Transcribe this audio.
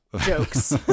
jokes